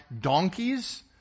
donkeys